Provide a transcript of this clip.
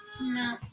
No